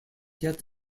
yet